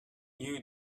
you